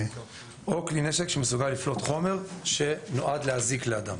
או כלי נשק שמסוגל לפלוט חומר שנועד להזיק לאדם,